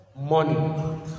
money